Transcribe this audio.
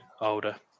older